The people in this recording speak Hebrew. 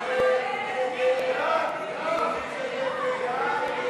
סעיף 37,